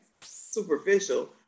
superficial